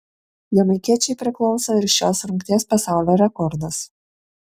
jamaikiečiui priklauso ir šios rungties pasaulio rekordas